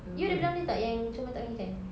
you ada bilang dia tak yang comel tak makan ikan